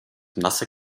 nasse